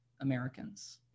Americans